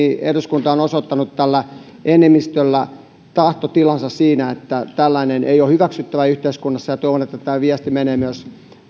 eduskunta on osoittanut tällä enemmistöllä tahtotilansa siinä että tällainen ei ole hyväksyttävää yhteiskunnassa toivon että tämä viesti menee myös